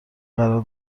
قرار